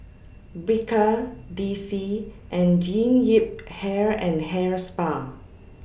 Bika D C and Jean Yip Hair and Hair Spa